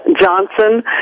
Johnson